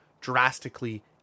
drastically